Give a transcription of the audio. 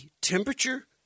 temperature